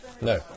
No